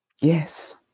yes